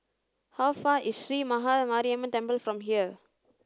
how far is Sree Maha Mariamman Temple from here